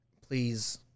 please